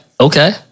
Okay